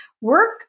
Work